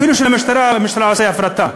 אפילו למשטרה הממשלה עושה הפרטה.